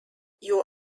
you